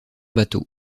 bateau